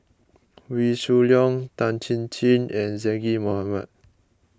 Wee Shoo Leong Tan Chin Chin and Zaqy Mohamad